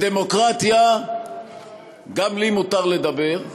בדמוקרטיה גם לי מותר לדבר,